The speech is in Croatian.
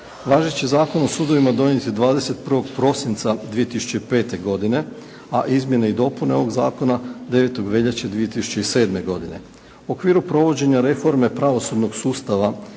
Važeći Zakon o sudovima donijet je 21. prosinca 2005. godine, a izmjene i dopune ovog zakona 9. veljače 2007. godine.